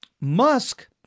Musk